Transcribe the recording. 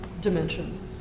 dimension